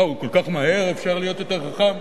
וואו, כל כך מהר אפשר להיות יותר חכם?